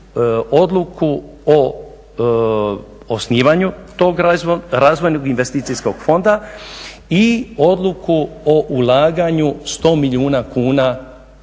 Odluku o osnivanju tog Razvojnog investicijskog fonda i Odluku o ulaganju 100 milijuna kuna